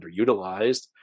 underutilized